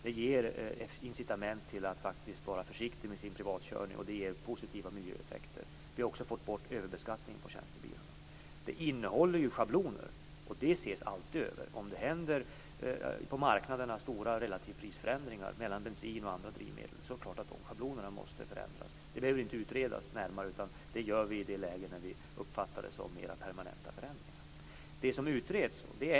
Det ger incitament till att vara försiktig med sin privatkörning, och det ger positiva miljöeffekter. Vi har också fått bort överbeskattningen på tjänstebilarna. Det innehåller schabloner, och de ses alltid över. Om det händer stora relativprisförändringar på marknaden mellan bensin och andra drivmedel måste de schablonerna självfallet förändras. Det behöver inte utredas närmare, utan vi gör det i det läget när vi uppfattar det som mer permanenta förändringar.